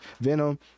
Venom